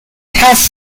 has